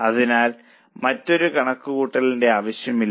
അതിനാൽ മറ്റൊരു കണക്കുകൂട്ടലിന്റെ ആവശ്യമില്ല